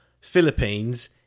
Philippines